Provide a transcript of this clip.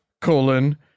colon